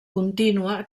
contínua